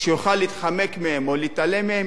שיוכל להתחמק מהן או להתעלם מהן,